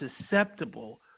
susceptible